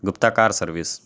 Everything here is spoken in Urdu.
Gupta car service